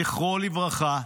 זכרו לברכה,